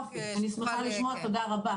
יופי, אני שמחה לשמוע, תודה רבה.